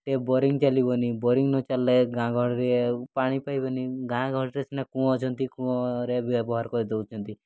tap boring ଚାଲିବନି boring ନ ଚାଲିଲେ ଗାଁ ଗହଳିରେ ପାଣି ପାଇବନି ଗାଁ ଗହଳିରେ ସିନା କୂଅ ଅଛନ୍ତି କୂଅରେ ବ୍ୟବହାର କରିଦେଉଛନ୍ତି